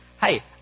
Hey